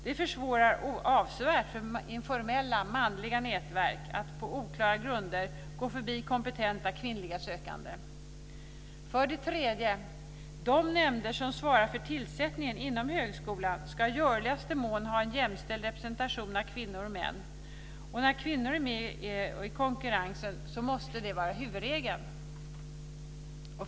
Det försvårar avsevärt för informella manliga nätverk att, på oklara grunder, gå förbi kompetenta kvinnliga sökande. För det tredje ska de nämnder som svarar för tillsättningar inom högskolan i görligaste mån ha en jämställd representation av kvinnor och män. När kvinnor är med i konkurrensen måste detta vara huvudregeln.